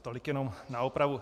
Tolik jenom na opravu.